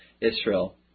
Israel